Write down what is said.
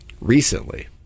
Recently